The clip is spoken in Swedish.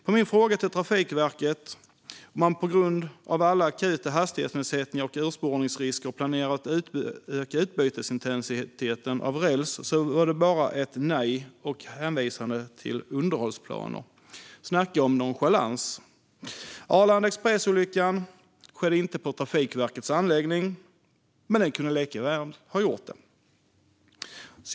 På min fråga till Trafikverket om man på grund av alla akuta hastighetsnedsättningar och urspårningsrisker planerade öka utbytesintensiteten av räls fick jag bara ett nej och en hänvisning till underhållsplaner. Snacka om nonchalans! Arlanda Express-olyckan skedde inte på Trafikverkets anläggning, men kunde lika väl ha gjort det.